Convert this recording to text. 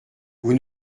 vous